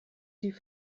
sie